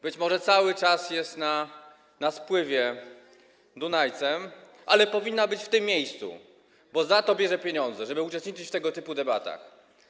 Być może cały czas jest na spływie Dunajcem, ale powinna być w tym miejscu, bo bierze pieniądze za to, żeby uczestniczyć w tego typu debatach.